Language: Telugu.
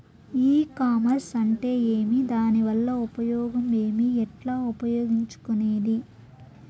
ఈ కామర్స్ అంటే ఏమి దానివల్ల ఉపయోగం ఏమి, ఎట్లా ఉపయోగించుకునేది?